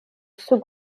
sous